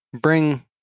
bring